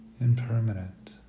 impermanent